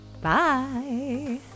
Bye